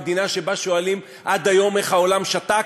מדינה שבה שואלים עד היום איך העולם שתק,